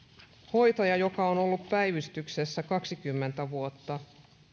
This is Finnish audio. hoitaja joka on ollut päivystyksessä kaksikymmentä vuotta